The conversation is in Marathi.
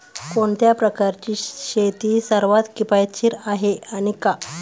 कोणत्या प्रकारची शेती सर्वात किफायतशीर आहे आणि का?